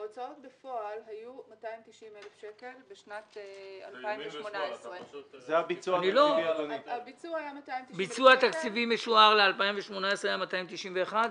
ההוצאות בפועל היו 290,000 שקלים בשנת 2018. ביצוע תקציבי משוער ל-2018 היה 291,000?